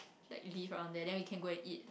like leave around there then we can go and eat